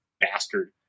bastard